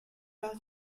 leur